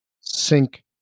sink